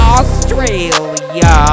Australia